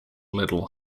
liddell